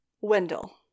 Wendell